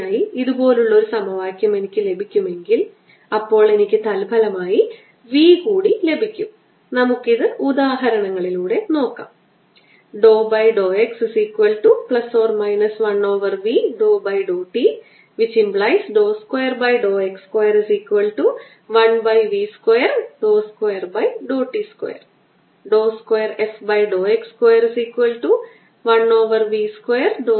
ഞാൻ dot product എടുക്കുന്നു നമുക്ക് ലഭിക്കുന്ന അവസാന ഉത്തരം 2 x ആണ് കാരണം x dot y 0 x dot z 0 plus 6 x z plus 2 z x ആണ് ഇത് z ഘടകത്തിന്റെ z ഡെറിവേറ്റീവ് എടുക്കുന്നു y ന്റെ ഡെറിവേറ്റീവ് ഘടകം x ഘടകത്തിന്റെ x ഡെറിവേറ്റീവ് എല്ലാംകൂട്ടുന്നു